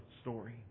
story